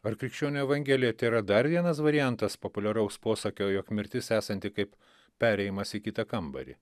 ar krikščionių evangelija tėra dar vienas variantas populiaraus posakio jog mirtis esanti kaip perėjimas į kitą kambarį